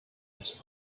its